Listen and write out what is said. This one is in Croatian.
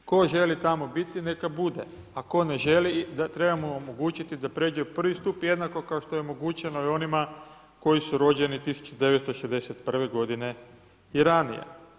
Tko želi tamo biti neka bude, a tko ne želi treba mu omogućiti da pređe u prvi stup jednako kao što je omogućeno i onima koji su rođeni 1961. godine i ranije.